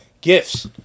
gifts